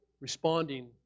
responding